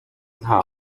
nta